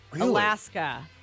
Alaska